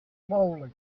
slowly